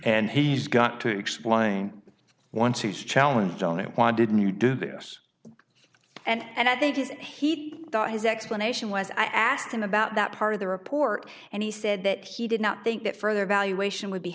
and he's got to explain once he's challenged on it why didn't you do this and i think is and he'd thought his explanation was i asked him about that part of the report and he said that he did not think that further evaluation would be